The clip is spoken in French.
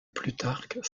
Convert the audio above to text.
plutarque